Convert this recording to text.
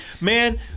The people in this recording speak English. Man